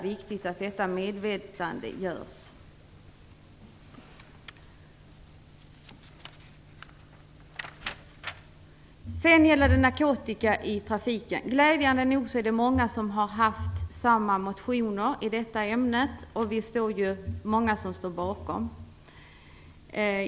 Detta måste medvetandegöras. Sedan gäller det narkotika i trafiken. Glädjande nog är det många som har väckt motioner med samma krav i detta ämne. Vi är många som står bakom.